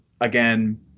again